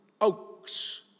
oaks